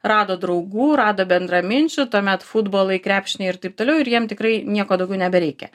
rado draugų rado bendraminčių tuomet futbolai krepšiniai ir taip toliau ir jam tikrai nieko daugiau nebereikia